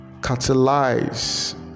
catalyze